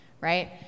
right